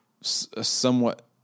somewhat